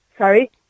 Sorry